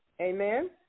Amen